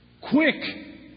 quick